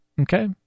Okay